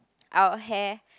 our hair